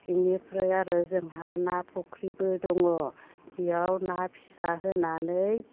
इनिफ्राइ आरो जोंहा ना फुख्रिबो दङ इयाव ना फिसा होनानै